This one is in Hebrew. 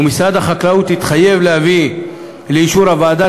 ומשרד החקלאות התחייב להביא לאישור הוועדה